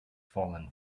fallen